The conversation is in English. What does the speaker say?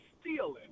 stealing